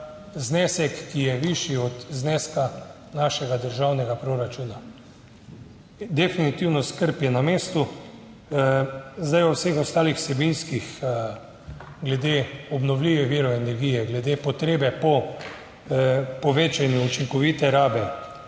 znesek, ki je višji od zneska našega državnega proračuna. In definitivno skrb je na mestu. Zdaj o vseh ostalih vsebinskih glede obnovljivih virov energije, glede potrebe po povečanju učinkovite rabe